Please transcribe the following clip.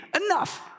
enough